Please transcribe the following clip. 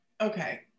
okay